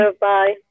Bye